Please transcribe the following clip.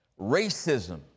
Racism